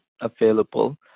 available